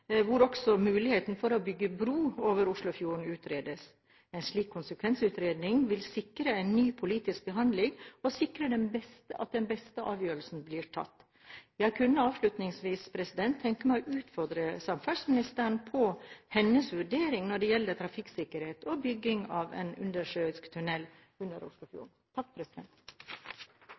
hvor også muligheten for å bygge bro over Oslofjorden utredes. En slik konsekvensutredning vil sikre en ny politisk behandling og sikre at den beste avgjørelsen blir tatt. Jeg kunne avslutningsvis tenke meg å utfordre samferdselsministeren på hennes vurderinger når det gjelder trafikksikkerhet og bygging av en undersjøisk tunnel under